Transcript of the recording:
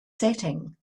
setting